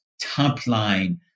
top-line